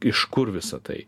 iš kur visa tai